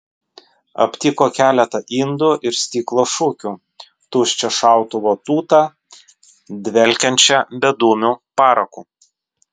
aptiko keletą indų ir stiklo šukių tuščią šautuvo tūtą dvelkiančią bedūmiu paraku